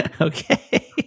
Okay